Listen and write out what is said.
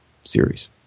series